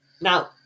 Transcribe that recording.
Now